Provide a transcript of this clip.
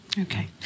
Okay